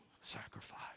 sacrifice